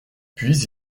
puis